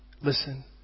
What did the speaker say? Listen